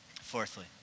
Fourthly